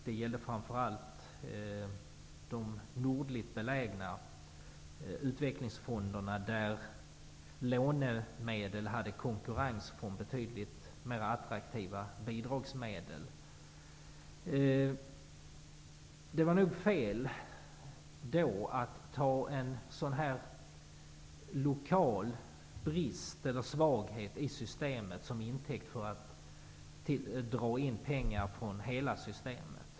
Det gällde framför allt de nordligt belägna utvecklingsfonderna, som hade konkurrens från betydligt mer attraktiva bidragsmedel. Det var nog fel då att ta en sådan lokal svaghet i systemet som intäkt för att driva in pengar från hela systemet.